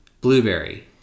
Blueberry